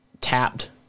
tapped